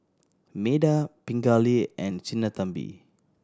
Medha Pingali and Sinnathamby